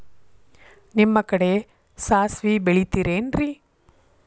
ನಿಮ್ಮ ಕಡೆ ಸಾಸ್ವಿ ಬೆಳಿತಿರೆನ್ರಿ?